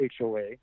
HOA